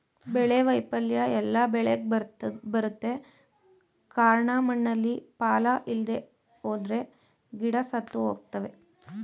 ಬೆಳೆ ವೈಫಲ್ಯ ಎಲ್ಲ ಬೆಳೆಗ್ ಬರುತ್ತೆ ಕಾರ್ಣ ಮಣ್ಣಲ್ಲಿ ಪಾಲ ಇಲ್ದೆಹೋದ್ರೆ ಗಿಡ ಸತ್ತುಹೋಗ್ತವೆ